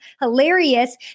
hilarious